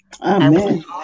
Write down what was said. Amen